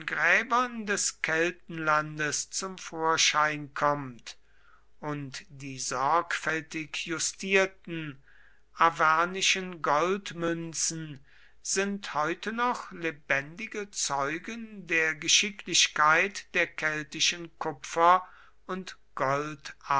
des keltenlandes zum vorschein kommt und die sorgfältig justierten arvernischen goldmünzen sind heute noch lebendige zeugen der geschicklichkeit der keltischen kupfer und